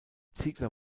ziegler